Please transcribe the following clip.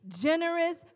Generous